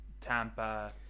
Tampa